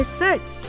search